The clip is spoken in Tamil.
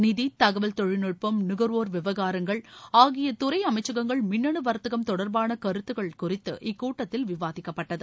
நிதி தகவல் தொழில்நுட்பம் நுகர்வோர் விவகாரங்கள் ஆகிய துறை அமைச்சகங்கள் மின்னனு வர்த்தகம் தொடர்பாக தெரிவித்த கருத்துகள் குறித்தும் இக்கூட்டத்தில் விவாதிக்கப்பட்டது